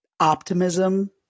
optimism